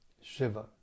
Shiva